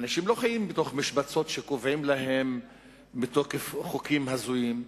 אנשים לא חיים בתוך משבצות שקובעים להם מתוקף חוקים הזויים,